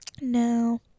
no